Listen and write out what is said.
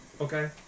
Okay